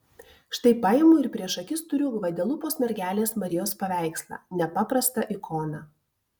štai paimu ir prieš akis turiu gvadelupos mergelės marijos paveikslą nepaprastą ikoną